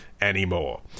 anymore